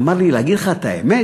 אמר לי: להגיד לך את האמת?